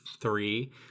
three